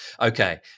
okay